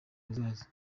hazaza